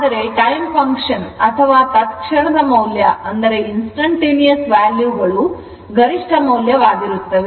ಆದರೆ time function ಅಥವಾ ತಾತ್ಕಾಲಿಕ ಮೌಲ್ಯಗಳು ಗರಿಷ್ಠ ಮೌಲ್ಯವಾಗಿರುತ್ತವೆ